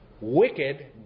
wicked